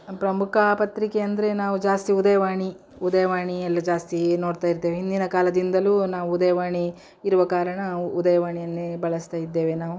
ಪ್ರಮುಖ ಪತ್ರಿಕೆ ಅಂದರೆ ನಾವು ಜಾಸ್ತಿ ಉದಯವಾಣಿ ಉದಯವಾಣಿ ಎಲ್ಲ ಜಾಸ್ತಿ ನೋಡ್ತಾ ಇರ್ತೇವೆ ಹಿಂದಿನ ಕಾಲದಿಂದಲೂ ನಾವು ಉದಯವಾಣಿ ಇರುವ ಕಾರಣ ಉ ಉದಯವಾಣಿಯನ್ನೇ ಬಳಸ್ತಾ ಇದ್ದೇವೆ ನಾವು